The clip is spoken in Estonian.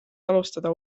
alustada